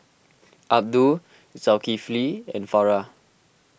Abdul Zulkifli and Farah